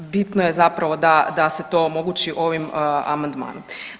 Bitno je zapravo da se to omogući ovim amandmanom.